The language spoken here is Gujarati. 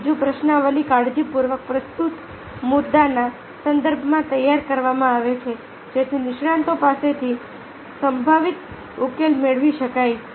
અને બીજું પ્રશ્નાવલી કાળજીપૂર્વક પ્રસ્તુત મુદ્દાના સંદર્ભમાં તૈયાર કરવામાં આવે છે જેથી નિષ્ણાતો પાસેથી સંભવિત ઉકેલો મેળવી શકાય